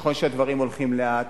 נכון שהדברים הולכים לאט,